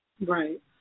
Right